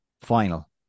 final